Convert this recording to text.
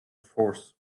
force